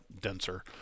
denser